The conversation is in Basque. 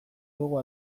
dugu